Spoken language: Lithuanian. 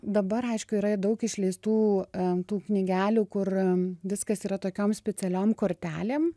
dabar aišku yra daug išleistų tų knygelių kur viskas yra tokiom specialiom kortelėm